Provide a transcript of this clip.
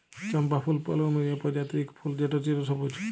চম্পা ফুল পলুমেরিয়া প্রজাতির ইক ফুল যেট চিরসবুজ